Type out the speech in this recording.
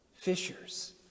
fishers